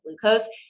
glucose